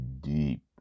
deep